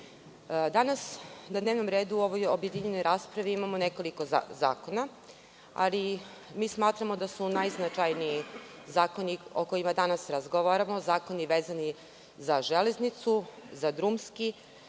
danas na dnevnom redu u ovoj objedinjenoj raspravi imamo nekoliko zakona, ali mi smatramo da su najznačajniji zakoni o kojima danas razgovaramo zakoni vezani za Železnicu, za drumski